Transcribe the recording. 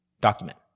document